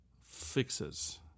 fixes